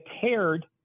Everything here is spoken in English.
paired